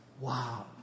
Wow